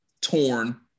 torn